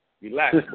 Relax